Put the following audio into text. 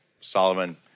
Solomon